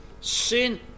Sin